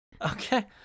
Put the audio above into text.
Okay